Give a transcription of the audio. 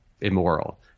immoral